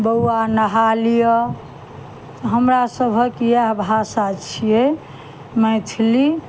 बौआ नहालिअ हमरा सभक इएह भाषा छियै मैथिली